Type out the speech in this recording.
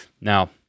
Now